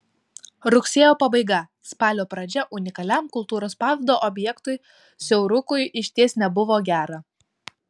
rugsėjo pabaiga spalio pradžia unikaliam kultūros paveldo objektui siaurukui išties nebuvo gera